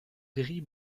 gris